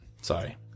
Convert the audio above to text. Sorry